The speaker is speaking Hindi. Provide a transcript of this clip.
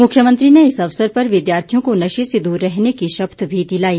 मुख्यमंत्री ने इस अवसर पर विद्यार्थियों को नशे से दूर रहने की शपथ भी दिलाई